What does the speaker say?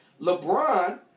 LeBron